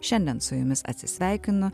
šiandien su jumis atsisveikinu